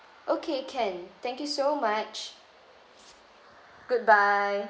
okay can thank you so much goodbye